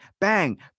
bang